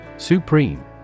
Supreme